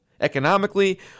Economically